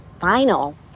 final